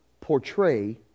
portray